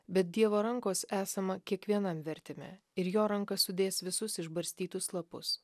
bet dievo rankos esama kiekvienam vertime ir jo ranka sudės visus išbarstytus lapus